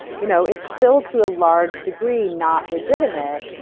you know it's still, to a large degree, not legitimate.